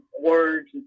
words